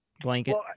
blanket